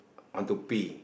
want to pee